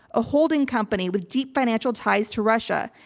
a holding company with deep financial ties to russia.